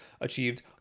achieved